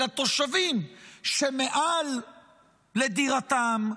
אלא תושבים שמעל לדירתם,